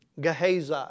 Gehazi